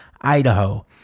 Idaho